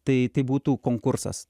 tai tai būtų konkursas